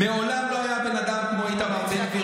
מעולם לא היה בן אדם כמו איתמר בן גביר